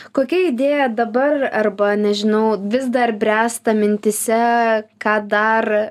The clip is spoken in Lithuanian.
kokia idėja dabar arba nežinau vis dar bręsta mintyse ką dar